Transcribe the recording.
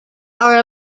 are